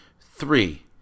Three